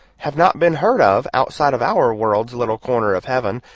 have not been heard of outside of our world's little corner of heaven,